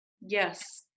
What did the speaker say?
Yes